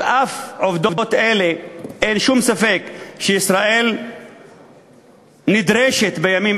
על אף עובדות אלה אין שום ספק שישראל נדרשת בימים